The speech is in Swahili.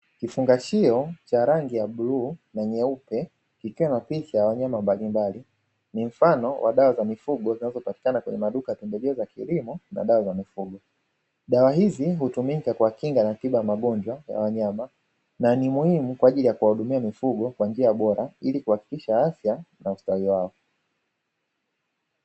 Kifungashio cha rangi ya bluu na nyeupe kikiwa na picha wanyama mbalimbali ni mfano wa dawa za mifugo zinazopatikana kwenye maduka ya pembejeo za kilimo na dawa za mifugo, dawa hizi hutumika kwa kinga na tiba ya magonjwa ya wanyama na ni muhimu kwa ajili ya kuwahudumia mifugo kwa njia bora ili kuhakikisha afya na ustawi wao.